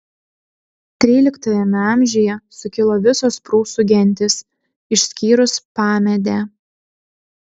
tryliktajame amžiuje sukilo visos prūsų gentys išskyrus pamedę